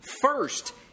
first